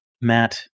Matt